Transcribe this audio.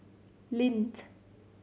lindt